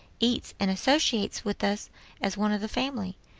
eats and associates with us as one of the family,